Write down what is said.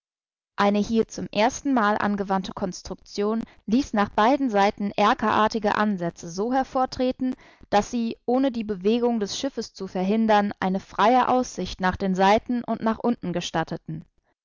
eine hier zum erstenmal angewandte konstruktion ließ nach beiden seiten erkerartige ansätze so hervortreten daß sie ohne die bewegung des schiffes zu verhindern eine freie aussicht nach den seiten und nach unten gestatteten